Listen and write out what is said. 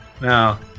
No